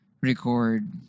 record